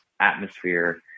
atmosphere